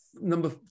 number